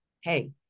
hey